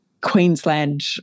Queensland